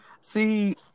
See